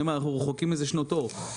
אנחנו רחוקים מזה שנות אור,